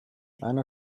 einer